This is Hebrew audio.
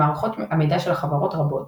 במערכות המידע של חברות רבות